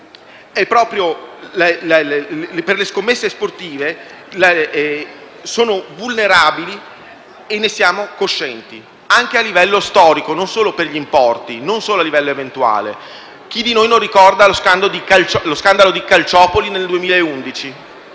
l'ambiente delle scommesse sportive è vulnerabile e ne siamo coscienti, anche a livello storico, non solo per gli importi e a livello eventuale. Chi di noi non ricorda lo scandalo di Calciopoli?